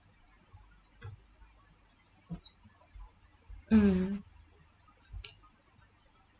mm